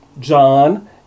John